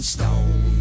Stone